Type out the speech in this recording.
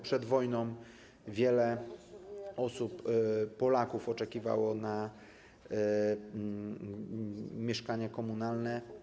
Przed wojną wiele osób, Polaków oczekiwało na mieszkania komunalne.